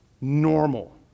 normal